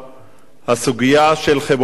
הסוגיה של חיבורי החשמל